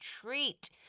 treat